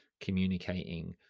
communicating